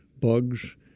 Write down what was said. Bugs